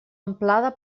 amplada